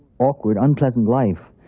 awkward, unpleasant life,